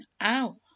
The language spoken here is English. hour